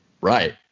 Right